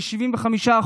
כ-75%,